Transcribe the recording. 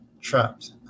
trapped